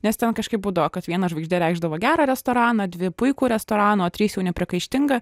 nes ten kažkaip būdavo kad viena žvaigždė reikšdavo gerą restoraną dvi puikų restoraną o trys jau nepriekaištingą